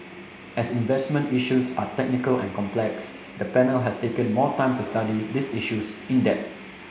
as investment issues are technical and complex the panel has taken more time to study these issues in depth